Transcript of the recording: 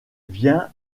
vient